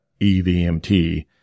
EVMT